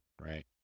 right